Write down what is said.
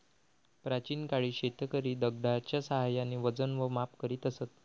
प्राचीन काळी शेतकरी दगडाच्या साहाय्याने वजन व माप करीत असत